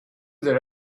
that